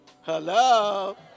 Hello